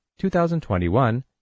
2021